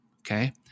Okay